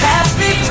Happy